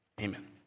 Amen